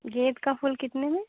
गेंदे का फूल कितने में